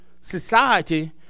society